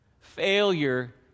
failure